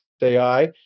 AI